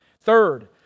Third